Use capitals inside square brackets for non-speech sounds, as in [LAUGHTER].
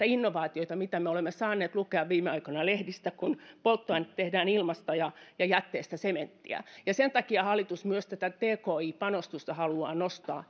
[UNINTELLIGIBLE] innovaatioita joista me olemme saaneet lukea viime aikoina lehdistä kun polttoainetta tehdään ilmasta ja ja jätteestä sementtiä sen takia hallitus myös tätä tki panostusta haluaa nostaa [UNINTELLIGIBLE]